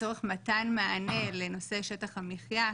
לצורך מתן מענה לנושא שטח המחיה,